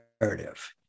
narrative